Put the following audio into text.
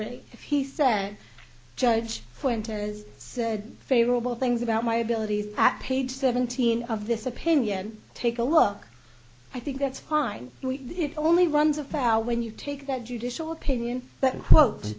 him if he said judge pointers said favorable things about my abilities at page seventeen of this opinion take a look i think that's fine it only runs afoul when you take that judicial opinion that quote